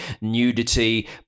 nudity